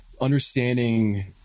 Understanding